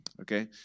okay